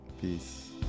Peace